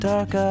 Dark